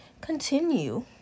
continue